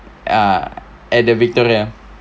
ah at the victoria